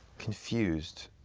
confused.